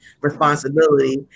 responsibility